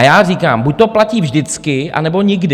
A já říkám, buď to platí vždycky, anebo nikdy.